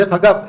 דרך אגב,